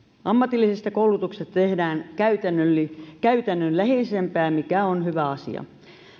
ammatillisesta koulutuksesta tehdään käytännönläheisempää mikä on hyvä asia